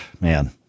man